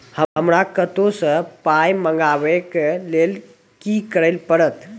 हमरा कतौ सअ पाय मंगावै कऽ लेल की करे पड़त?